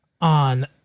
on